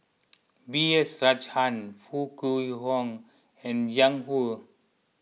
B S Rajhans Foo Kwee Horng and Jiang Hu